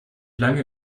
lange